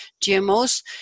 GMOs